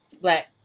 black